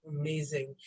amazing